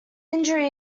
injury